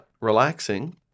relaxing